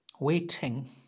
Waiting